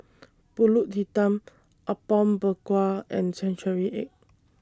Pulut Hitam Apom Berkuah and Century Egg